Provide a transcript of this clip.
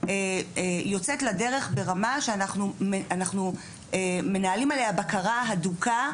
יוצאת לדרך ברמה שאנחנו מנהלים עליה בקרה הדוקה,